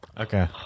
Okay